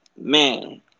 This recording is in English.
Man